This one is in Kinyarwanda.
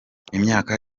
imyaka